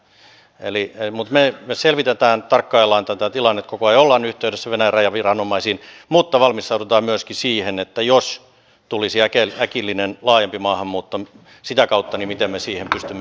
me selvitämme ja tarkkailemme tätä tilannetta koko ajan ja olemme yhteydessä venäjän rajaviranomaisiin mutta valmistaudumme myöskin siihen että jos tulisi äkillinen laajempi maahanmuutto sitä kautta niin miten me siihen pystymme silloin vastaamaan